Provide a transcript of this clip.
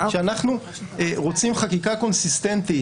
אנחנו רוצים חקיקה קונסיסטנטית,